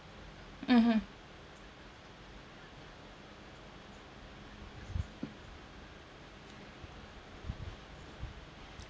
mmhmm